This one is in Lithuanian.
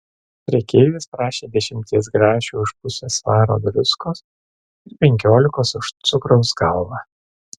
prekeivis prašė dešimties grašių už pusę svaro druskos ir penkiolikos už cukraus galvą